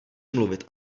mluvit